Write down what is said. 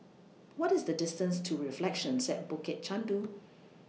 What IS The distance to Reflections At Bukit Chandu